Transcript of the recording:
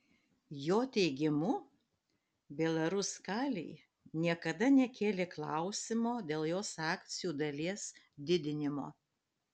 jo teigimu belaruskalij niekada nekėlė klausimo dėl jos akcijų dalies didinimo